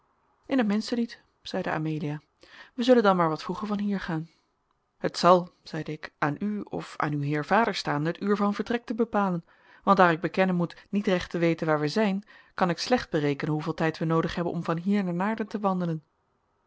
in het minste niet zeide amelia wij zullen dan maar wat vroeger van hier gaan het zal zeide ik aan u of aan uw heer vader staan het uur van vertrek te bepalen want daar ik bekennen moet niet recht te weten waar wij zijn kan ik slecht berekenen hoeveel tijd wij noodig hebben om van hier naar naarden te wandelen